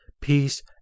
peace